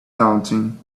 daunting